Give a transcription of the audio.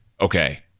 okay